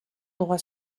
droit